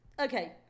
Okay